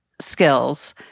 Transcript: skills